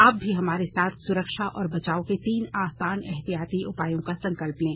आप भी हमारे साथ सुरक्षा और बचाव के तीन आसान एहतियाती उपायों का संकल्प लें